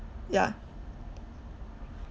ya